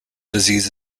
disease